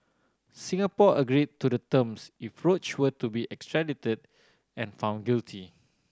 Singapore agreed to the terms if Roach were to be extradited and found guilty